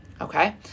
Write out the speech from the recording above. okay